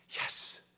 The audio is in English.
Yes